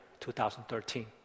2013